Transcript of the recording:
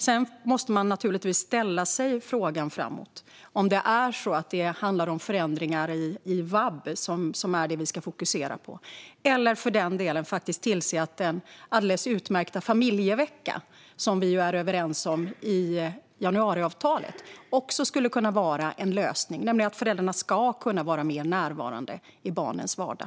Sedan måste man naturligtvis ställa sig frågan framåt om det är förändringar i vab som vi ska fokusera på eller om den alldeles utmärkta familjevecka som vi är överens om i januariavtalet också skulle kunna vara en lösning, nämligen att föräldrarna ska kunna vara mer närvarande i barnens vardag.